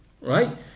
right